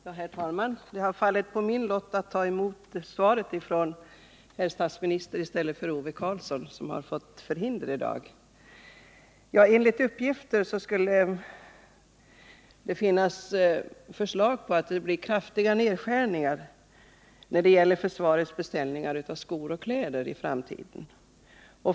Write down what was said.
Herr talman! Det har fallit på min lott att i stället för Ove Karlsson ta emot försvarsministerns svar, eftersom Ove Karlsson har fått förhinder i dag. Enligt uppgift skulle det föreligga förslag om kraftiga nedskärningar av försvarets beställningar av skor och kläder i framtiden.